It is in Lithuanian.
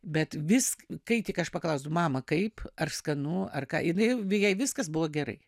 bet vis kai tik aš paklausiau mamą kaip ar skanu ar ką jinai jei viskas buvo gerai